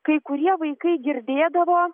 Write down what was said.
kai kurie vaikai girdėdavo